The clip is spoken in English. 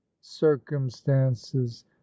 circumstances